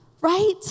right